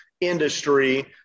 industry